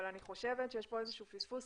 אבל אני חושבת שיש פה איזה שהוא פספוס,